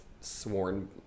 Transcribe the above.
sworn